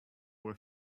were